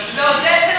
לא, זה שלי.